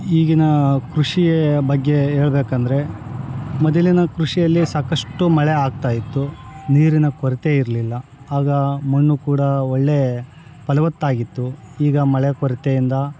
ಈಗಿನ ಕೃಷಿಯ ಬಗ್ಗೆ ಹೇಳ್ಬೇಕಂದ್ರೆ ಮೊದಲಿನ ಕೃಷಿಯಲ್ಲಿ ಸಾಕಷ್ಟು ಮಳೆ ಆಗ್ತಾಯಿತ್ತು ನೀರಿನ ಕೊರತೆ ಇರಲಿಲ್ಲ ಆಗ ಮಣ್ಣು ಕೂಡ ಒಳ್ಳೆ ಫಲವತ್ತಾಗಿತ್ತು ಈಗ ಮಳೆ ಕೊರತೆಯಿಂದ